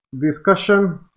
discussion